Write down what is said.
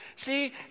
See